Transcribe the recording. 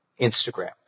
Instagram